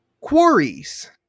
quarries